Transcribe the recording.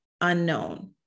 Unknown